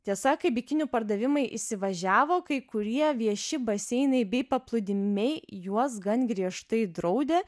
tiesa kai bikinių pardavimai įsivažiavo kai kurie vieši baseinai bei paplūdimiai juos gan griežtai draudė